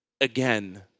again